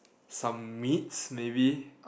some meat maybe